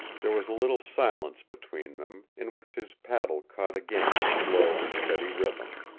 there was a little silence between them, in which his paddle caught again its slow and steady rhythm.